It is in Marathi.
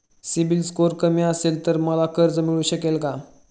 सिबिल स्कोअर कमी असेल तर मला कर्ज मिळू शकेल का?